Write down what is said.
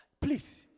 Please